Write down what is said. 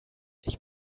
ich